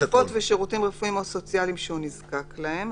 ושירותים רפואיים או סוציאליים שהוא נזקק להם".